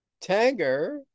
Tanger